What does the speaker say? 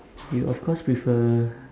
you of course with a